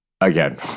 again